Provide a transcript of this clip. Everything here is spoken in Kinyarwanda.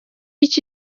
iki